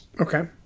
Okay